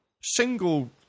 single